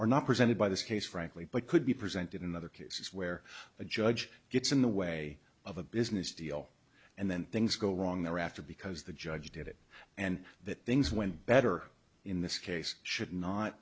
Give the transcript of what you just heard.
are not presented by this case frankly but could be presented in other cases where a judge gets in the way of a business deal and then things go wrong there after because the judge did it and that things went better in this case should not